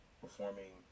performing